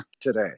today